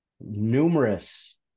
numerous